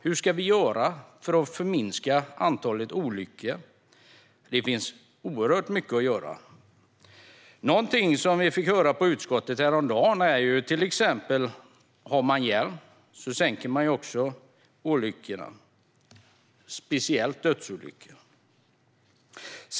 Hur ska vi göra för att minska antalet olyckor? Det finns oerhört mycket att göra. Någonting som vi fick höra i utskottet häromdagen är att om man har hjälm minskar man risken för olyckor, speciellt dödsolyckor.